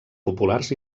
populars